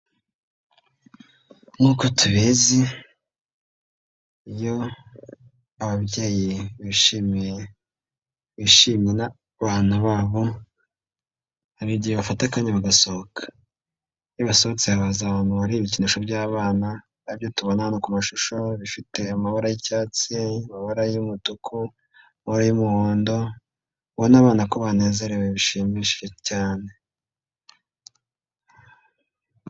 Nkuko tubizi iyo ababyeyi bishimiye, bishimye n'abana babo, hari igihe bafata akanya bagasohoka, iyo basohotse baza abantu bari ibikinisho by'abana, aribyo tubona hano ku mashusho bifite amabara y'icyatsi, amababara y'umutuku, amabara y'umuhondo, ubona abana ko banezerewe bishimishije cyane.